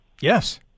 Yes